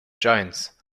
giants